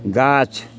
गाछ